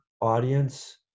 audience